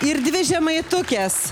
ir dvi žemaitukės